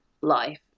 life